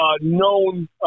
known